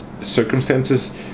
circumstances